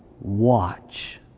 watch